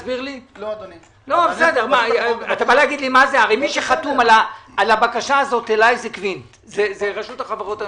מי שחתום על הבקשה אליי זה רשות החברות הממשלתיות.